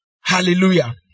Hallelujah